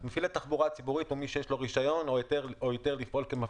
מפעיל של מתחם סגור או מבנה שמצויה